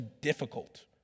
difficult